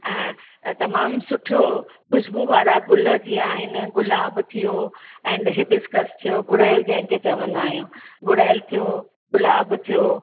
ऐं तमामु सुठो ख़ुशबू वारा गुल जीअं आहिनि गुलाब थियो एंड हिबिस्कस थियो ॻुड़ैल जंहिंखे चवंदा आहियूं ॻुड़ैल थियो गुलाब थियो